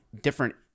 different